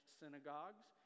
synagogues